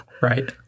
Right